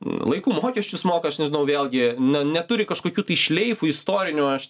laiku mokesčius moka aš nežinau vėlgi neturi kažkokių tai šleifų istorinių aš